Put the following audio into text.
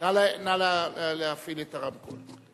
נא להפעיל את הרמקול.